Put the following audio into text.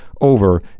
over